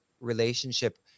relationship